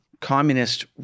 communist